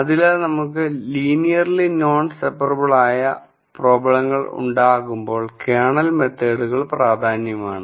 അതിനാൽ നമുക്ക് linearly non separable ആയ പ്രോബ്ലങ്ങൾ ഉണ്ടാകുമ്പോൾ കേർണൽ മെത്തേഡുകൾ പ്രധാനമാണ്